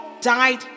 died